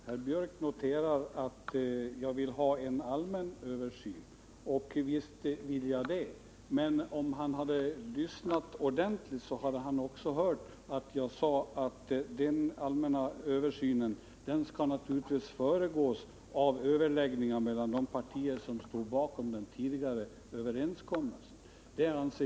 Herr talman! Herr Björck noterar att jag vill ha en allmän översyn, och visst vill jag det. Men om han hade lyssnat ordentligt, hade han också hört att jag sade att denna allmänna översyn naturligtvis skall föregås av överläggningar mellan de partier som stod bakom den tidigare överenskommelsen.